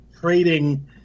trading